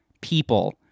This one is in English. people